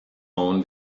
own